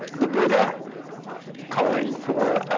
the buddha calling for,